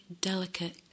delicate